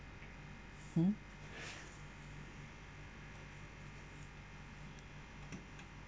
hmm